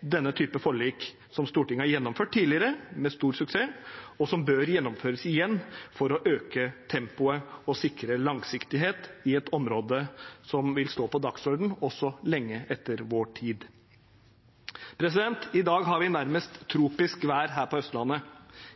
denne typen forlik, som Stortinget har gjennomført tidligere med stor suksess, og som bør gjennomføres igjen for å øke tempoet og sikre langsiktighet på et område som vil stå på dagsordenen også lenge etter vår tid. I dag har vi et nærmest tropisk vær her på Østlandet.